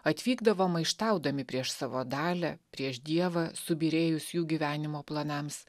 atvykdavo maištaudami prieš savo dalią prieš dievą subyrėjus jų gyvenimo planams